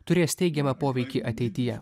turės teigiamą poveikį ateityje